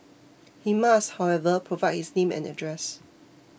he must however provide his name and address